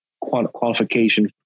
qualification